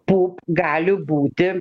pup gali būti